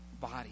body